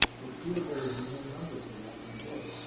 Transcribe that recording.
but feared there would be no number for that in the book.